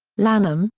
lanham,